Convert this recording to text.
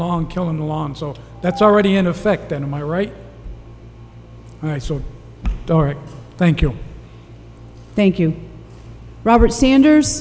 long killing along so that's already in effect in my right eye so thank you thank you robert sanders